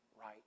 right